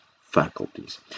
faculties